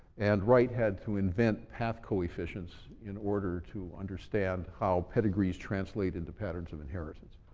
and wright had to invent path coefficients in order to understand how pedigrees translate into patterns of inheritance.